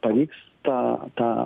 pavyks tą tą